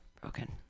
broken